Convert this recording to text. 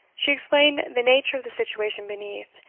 she explained the nature of the situation beneath,